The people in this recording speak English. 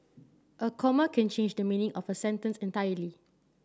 a comma can change the meaning of a sentence entirely